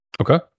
okay